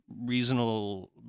reasonable